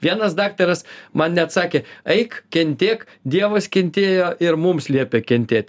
vienas daktaras man net sakė eik kentėk dievas kentėjo ir mums liepė kentėt